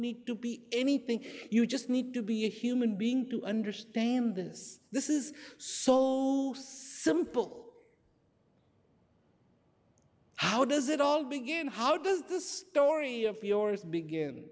need to be anything you just need to be a human being to understand this this is simple how does it all begin how does the story of yours begin